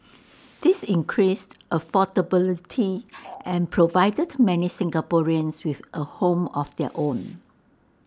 this increased affordability and provided many Singaporeans with A home of their own